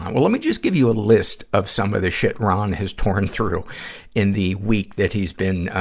well, let me just give you a list of some of the shit ron has torn through in the week that he has been, ah,